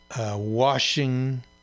Washing